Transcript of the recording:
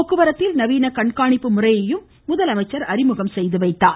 போக்குவரத்தில் நவீன கண்காணிப்பு முறையையும் முதலமைச்சர் அறிமுகம் செய்துவைத்தார்